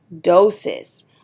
doses